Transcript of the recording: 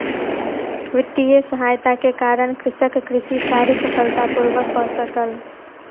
वित्तीय सहायता के कारण कृषक कृषि कार्य सफलता पूर्वक कय सकल